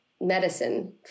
medicine